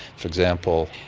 for example,